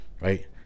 right